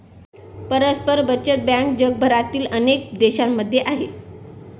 परस्पर बचत बँक जगभरातील अनेक देशांमध्ये आहे